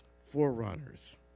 forerunners